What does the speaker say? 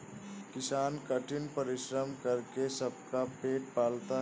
किसान कठिन परिश्रम करके सबका पेट पालता है